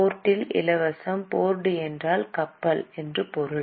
போர்டில் இலவசம் போர்டு என்றால் கப்பல் என்று பொருள்